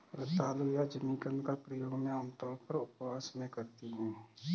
रतालू या जिमीकंद का प्रयोग मैं आमतौर पर उपवास में करती हूँ